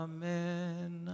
Amen